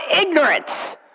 ignorance